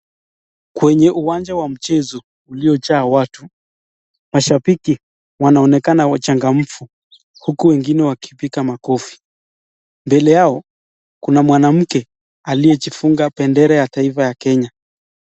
Kwenye uwanja wa mchezo uliojaa watu, mashambiki wanaonekana wachangamfu huku wengine wakipiga makofi. Mbele yao kuna mwanamke aliyejifunga bendera ya taifa ya Kenya.